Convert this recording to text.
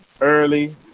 early